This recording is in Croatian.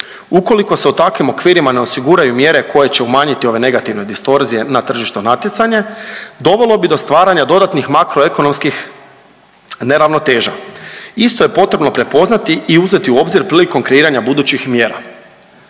Ukoliko se u takvim okvirima ne osiguraju mjere koje će umanjiti ove negativne distorzije na tržišno natjecanje dovelo bi do stvaranja dodatnih makroekonomskih neravnoteža. Isto je potrebno prepoznati i uzeti u obzir prilikom kreiranja budućih mjera.